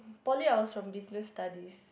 poly I was from business studies